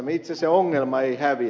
itse se ongelma ei häviä